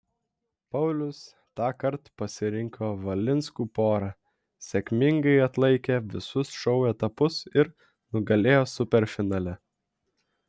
paulius tąkart pasirinko valinskų porą sėkmingai atlaikė visus šou etapus ir nugalėjo superfinale